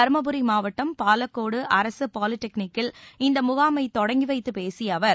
தருமபுரி மாவட்டம் பாலக்கோடு அரசு பாலிடெக்னிக்கில் இந்த முகாமை தொடங்கி வைத்துப் பேசிய அவர்